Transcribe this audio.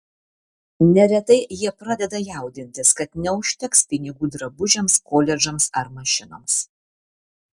neretai jie pradeda jaudintis kad neužteks pinigų drabužiams koledžams ar mašinoms